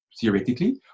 theoretically